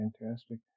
fantastic